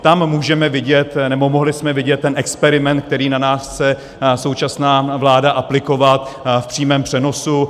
Tam můžeme vidět nebo mohli jsme vidět ten experiment, který na nás chce současná vláda aplikovat, v přímém přenosu.